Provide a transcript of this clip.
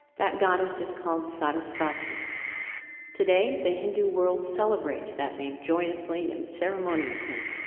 that goddess is called saraswati. today the hindu world celebrates that name joyously and ceremoniously.